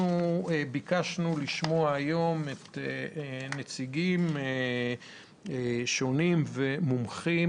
אנחנו מבקשים היום לשמוע נציגים שונים ומומחים